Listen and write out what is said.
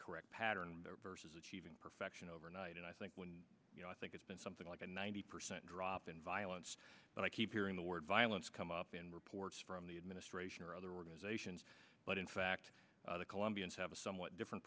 correct pattern is achieving perfection overnight and i think you know i think it's been something like a ninety percent drop in violence and i keep hearing the word violence come up in reports from the administration or other organizations but in fact the colombians have a somewhat different